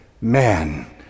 Man